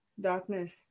darkness